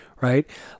right